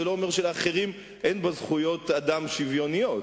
לא אומר שלאחרים אין בה זכויות אדם שוויוניות.